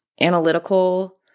analytical